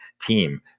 team